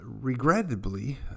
regrettably